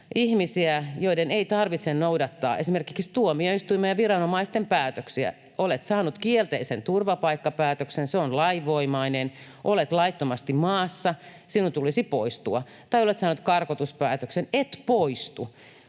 ihmisiä, joiden ei tarvitse noudattaa esimerkiksi tuomioistuimen ja viranomaisten päätöksiä. Olet saanut kielteisen turvapaikkapäätöksen, se on lainvoimainen, olet laittomasti maassa, sinun tulisi poistua. Tai olet saanut karkotuspäätöksen, et poistu,